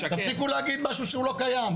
תפסיקו להגיד משהו שהוא לא קיים.